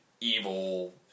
evil